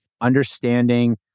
understanding